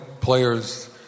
players